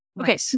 Okay